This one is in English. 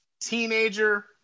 teenager